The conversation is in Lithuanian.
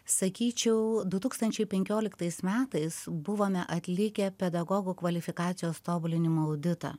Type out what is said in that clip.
sakyčiau du tūkstančiai penkioliktais metais buvome atlikę pedagogų kvalifikacijos tobulinimo auditą